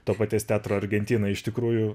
to paties teatro argentina iš tikrųjų